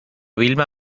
vilma